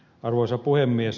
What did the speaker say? arvoisa puhemies